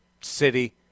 city